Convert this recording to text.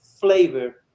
flavor